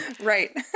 Right